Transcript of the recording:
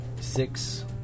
Six